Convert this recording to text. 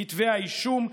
כתבי האישום,